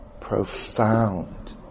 profound